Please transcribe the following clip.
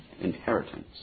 inheritance